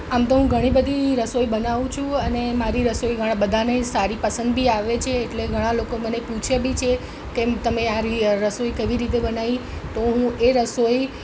આમ તો હું ઘણી બધી રસોઈ બનાવું છું અને મારી રસોઈ ઘણાં બધાને સારી પસંદ બી આવે છે એટલે ઘણાં લોકો મને પૂછે બી છે કેમ તમે આ રસોઈ કેવી રીતે બનાવી તો હું એ રસોઈ